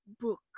book